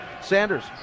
Sanders